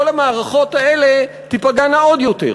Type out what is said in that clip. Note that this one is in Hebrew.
כל המערכות האלה תיפגענה עוד יותר.